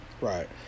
Right